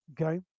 Okay